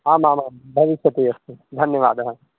आमामां भविष्यति अस्तु धन्यवादः